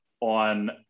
on